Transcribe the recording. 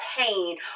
pain